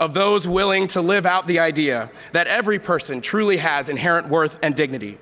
of those willing to live out the idea that every person truly has inherent worth and dignity.